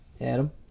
adam